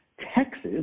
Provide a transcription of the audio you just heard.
Texas